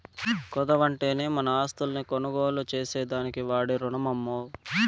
కుదవంటేనే మన ఆస్తుల్ని కొనుగోలు చేసేదానికి వాడే రునమమ్మో